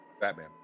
Batman